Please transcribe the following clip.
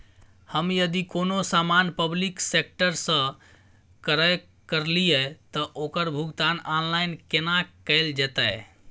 हम यदि कोनो सामान पब्लिक सेक्टर सं क्रय करलिए त ओकर भुगतान ऑनलाइन केना कैल जेतै?